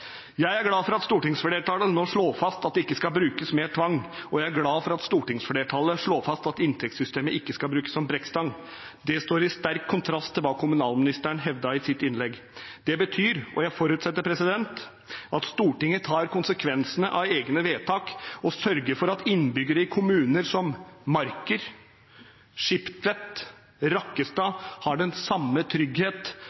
Jeg er glad for at stortingsflertallet nå slår fast at det ikke skal brukes mer tvang, og jeg er glad for at stortingsflertallet slår fast at inntektssystemet ikke skal brukes som brekkstang. Det står i sterk kontrast til hva kommunalministeren hevdet i sitt innlegg. Det betyr – og jeg forutsetter at Stortinget tar konsekvensene av egne vedtak – å sørge for at innbyggere i kommuner som Marker,